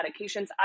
medications